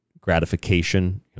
gratification